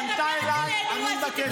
היא פנתה אליי, אני מבקש להגיב.